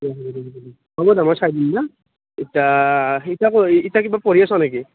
অ অ হ'ব দিয়া মই চাই দিম দে এতিয়া এতিয়া এতিয়া কিবা পঢ়ি আছ নেকি